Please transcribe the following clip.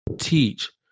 teach